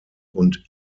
und